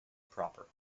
proper